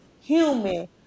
human